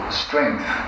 strength